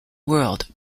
world